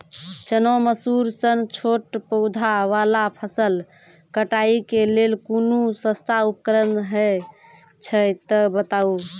चना, मसूर सन छोट पौधा वाला फसल कटाई के लेल कूनू सस्ता उपकरण हे छै तऽ बताऊ?